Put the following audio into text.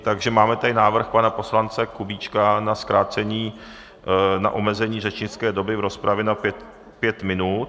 Takže máme tady návrh pana poslance Kubíčka na zkrácení, na omezení řečnické doby v rozpravě na pět minut.